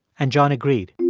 and john agreed